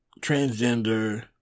transgender